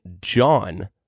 John